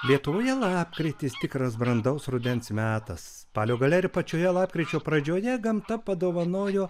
lietuvoje lapkritis tikras brandaus rudens metas spalio gale ir pačioje lapkričio pradžioje gamta padovanojo